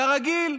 כרגיל,